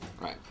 Right